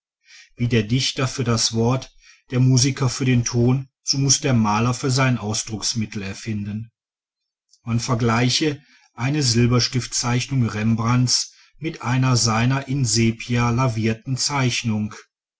wie der dichter für das wort der musiker für den ton so muß der maler für sein ausdrucksmittel erfinden man vergleiche eine silberstiftzeichnung rembrandts mit einer seiner in sepia lavierten zeichnungen